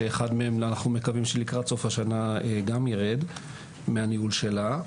שאחד מהם אנחנו מקווים שלקראת סוף השנה גם יירד מהניהול שלה.